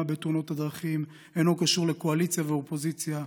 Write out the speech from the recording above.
בתאונות הדרכים אינו קשור לקואליציה ואופוזיציה.